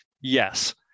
Yes